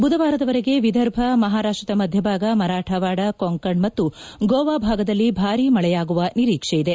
ಬುಧವಾರದವರೆಗೆ ವಿದರ್ಭ ಮಹಾರಾಷ್ಟದ ಮಧ್ಯ ಭಾಗ ಮರಾಠವಾದ ಕೊಂಕಣ್ ಮತ್ತು ಗೋವಾ ಭಾಗದಲ್ಲಿ ಭಾರೀ ಮಳೆಯಾಗುವ ನಿರೀಕ್ಷೆಯಿದೆ